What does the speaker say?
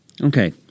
Okay